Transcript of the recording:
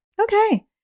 Okay